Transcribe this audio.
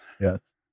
yes